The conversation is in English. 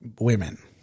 women